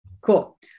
cool